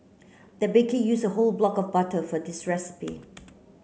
the baker used a whole block of butter for this recipe